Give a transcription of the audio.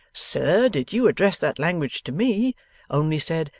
sir, did you address that language to me only said,